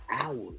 hours